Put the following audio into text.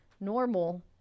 normal